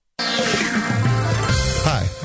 Hi